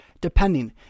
depending